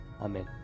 Amen